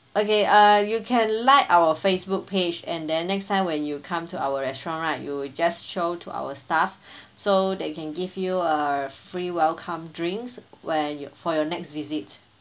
okay uh you can like our Facebook page and then next time when you come to our restaurant right you will just show to our staff so they can give you a free welcome drinks where you for your next visit